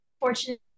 fortunate